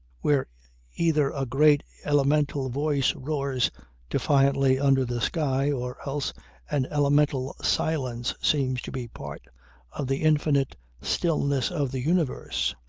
where either a great elemental voice roars defiantly under the sky or else an elemental silence seems to be part of the infinite stillness of the universe.